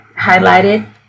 highlighted